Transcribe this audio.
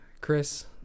Chris